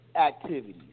activities